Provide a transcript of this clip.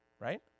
right